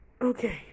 okay